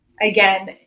again